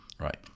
right